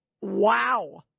Wow